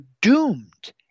doomed